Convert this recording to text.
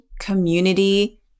community